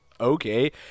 okay